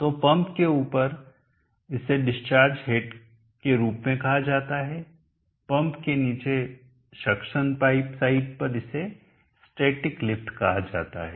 तो पंप के ऊपर इसे डिस्चार्ज हेड के रूप में कहा जाता है पंप के नीचे सक्शन पाइप साइड पर इसे स्टैटिक लिफ्ट कहा जाता है